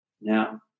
Now